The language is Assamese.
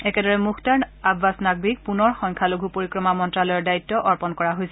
একেদৰে মূখতাৰ আববাছ নাকভিক পূনৰ সংখ্যালঘু পৰিক্ৰমা মন্তালয়ৰ দায়িত্ব অৰ্পণ কৰা হৈছে